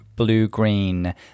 blue-green